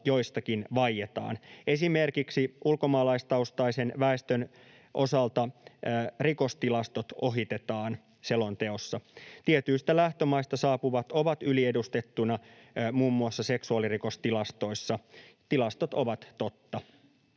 joistakin vaietaan. Esimerkiksi ulkomaalaistaustaisen väestön osalta rikostilastot ohitetaan selonteossa. Tietyistä lähtömaista saapuvat ovat yli-edustettuina muun muassa seksuaalirikostilastoissa. Tilastot ovat totta.